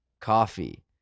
coffee